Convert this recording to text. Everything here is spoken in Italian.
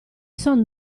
son